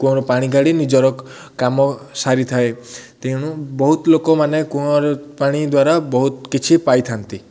କୂଅର ପାଣି କାଢ଼ି ନିଜର କାମ ସାରିଥାଏ ତେଣୁ ବହୁତ ଲୋକମାନେ କୂଅର ପାଣି ଦ୍ୱାରା ବହୁତ କିଛି ପାଇଥାନ୍ତି